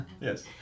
Yes